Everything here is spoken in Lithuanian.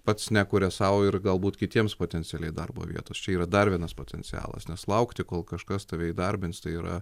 pats nekuria sau ir galbūt kitiems potencialiai darbo vietos čia yra dar vienas potencialas nes laukti kol kažkas tave įdarbinstai yra